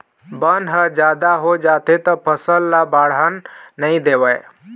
बन ह जादा हो जाथे त फसल ल बाड़हन नइ देवय